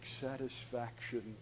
satisfaction